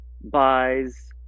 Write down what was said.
buys